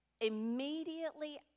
Immediately